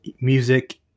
music